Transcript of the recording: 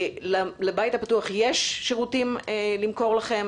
לבית הפתוח יש שירותים למכור לכם.